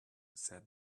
said